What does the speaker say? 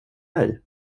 mig